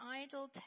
idle